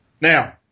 Now